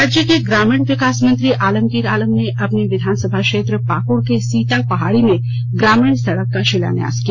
राज्य के ग्रामीण विकास मंत्री आलमगीर आलम ने अपने विधानसभा क्षेत्र पाकुड़ के सीतापहाड़ी में ग्रामीण सड़क का शिलान्यास किया